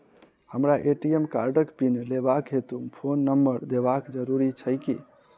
हमरा ए.टी.एम कार्डक पिन लेबाक हेतु फोन नम्बर देबाक जरूरी छै की?